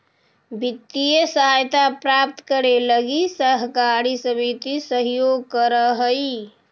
वित्तीय सहायता प्राप्त करे लगी सहकारी समिति सहयोग करऽ हइ